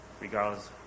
regardless